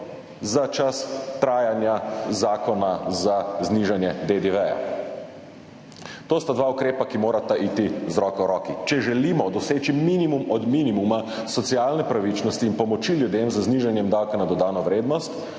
za čas trajanja zakona za znižanje DDV. To sta dva ukrepa, ki morata iti z roko v roki. Če želimo doseči minimum od minimuma socialne pravičnosti in pomoči ljudem z znižanjem davka na dodano vrednost,